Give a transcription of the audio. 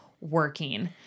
working